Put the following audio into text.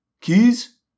Keys